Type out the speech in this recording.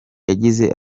yagize